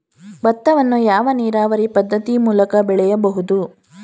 ಭತ್ತವನ್ನು ಯಾವ ನೀರಾವರಿ ಪದ್ಧತಿ ಮೂಲಕ ಬೆಳೆಯಬಹುದು?